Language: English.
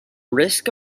risk